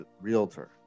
realtor